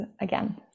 again